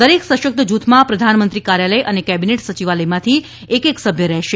દરેક સશક્ત જુથમાં પ્રધાન મંત્રી કાર્યાલથ અને કેબીનેટ સચિવાલયમાંથી એક એક સભ્ય રહેશે